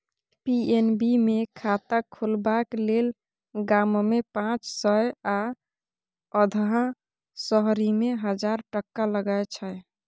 PNB मे खाता खोलबाक लेल गाममे पाँच सय आ अधहा शहरीमे हजार टका लगै छै